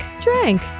drank